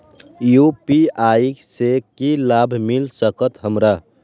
UPI से की लाभ मिल सकत हमरा?